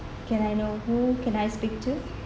can I know who can I speak to